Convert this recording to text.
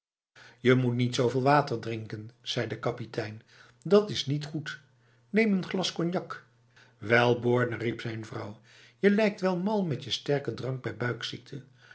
je moet niet zoveel water drinken zei de kapitein dat is niet goed neem een glas cognacb wel borne riep zijn vrouw je lijkt wel mal met je sterke drank bij